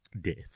death